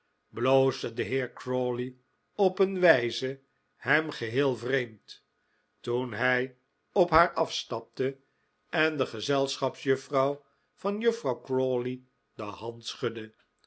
bloosde de heer crawley op een wijze hem geheel vreemd toen hij op haar afstapte en de gezelschapsjuffrouw van juffrouw crawley de hand schudde